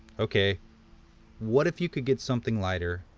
ok what if you could get something lighter,